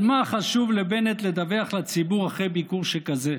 על מה חשוב לבנט לדווח לציבור אחרי ביקור שכזה?